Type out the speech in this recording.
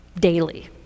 daily